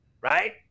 right